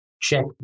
check